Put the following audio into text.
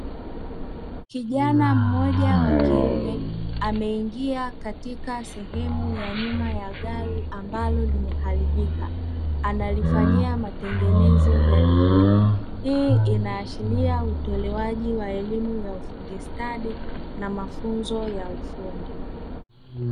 Kijana mmoja wa kiume ameingia katika sehemu ya nyuma ya gari ambalo limeharibika; analifanyia matengenezo gari hilo. Hii inaashiria utolewaji wa elimu ya ufundi stadi na mafunzo ya ufundi.